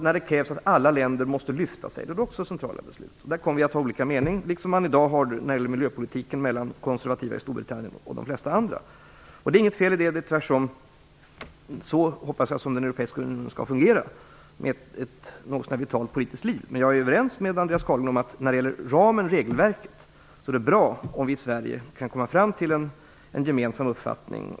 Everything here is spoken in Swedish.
När det krävs att alla länder måste lyfta sig är det också centrala beslut. Där kommer vi att ha olika meningar. Det har man i dag när det gäller miljöpolitiken mellan de konservativa i Storbritannien och de flesta andra. Det är inget fel i det. Det är tvärtom så, hoppas jag, som den europeiska unionen skall fungera, med ett något så när vitalt politiskt liv. Men jag är överens med Andreas Carlgren om att när det gäller ramen och regelverket är det bra om vi i Sverige kan komma fram till en gemensam uppfattning.